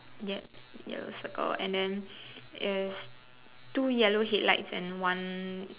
yup you circle and then there is two yellow head lights and one